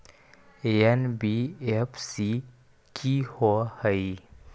NBFC कि होअ हई?